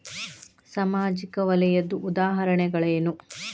ಸಾಮಾಜಿಕ ವಲಯದ್ದು ಉದಾಹರಣೆಗಳೇನು?